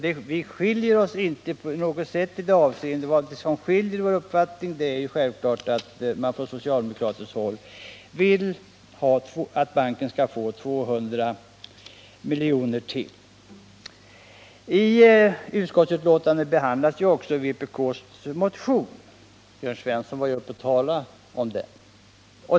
Vi skiljer oss inte på något sätt i det avseendet. Vad som skiljer våra uppfattningar är att man från socialdemokratiskt håll vill att banken skall få 200 miljoner till. I utskottsbetänkandet behandlas också vpk:s motion 1978/79:17, och Jörn Svensson var uppe och talade om den.